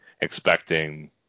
expecting